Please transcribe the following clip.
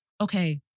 Okay